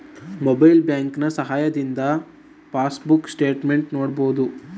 mobile ಬ್ಯಾಂಕಿನ ಸಹಾಯದಿಂದ passbook statement ನೋಡಬಹುದು